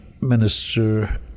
Minister